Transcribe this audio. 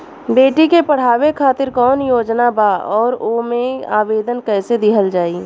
बेटी के पढ़ावें खातिर कौन योजना बा और ओ मे आवेदन कैसे दिहल जायी?